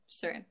sure